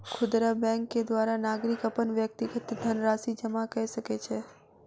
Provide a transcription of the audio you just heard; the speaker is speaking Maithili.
खुदरा बैंक के द्वारा नागरिक अपन व्यक्तिगत धनराशि जमा कय सकै छै